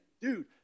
dude